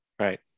right